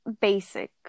basic